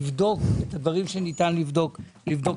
לבדוק מחדש את הדברים שניתן לבדוק.